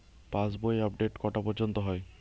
পাশ বই আপডেট কটা পর্যন্ত হয়?